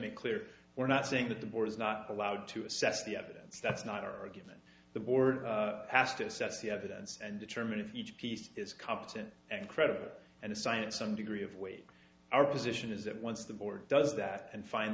make clear we're not saying that the board is not allowed to assess the evidence that's not or are given the board asked to assess the evidence and determine if each piece is competent and credible and science some degree of weight our position is that once the board does that and find